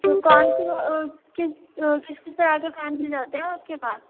تو کونسے وہ کس کس کس طرح کے پین مِل جاتے آپ کے پاس